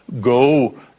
go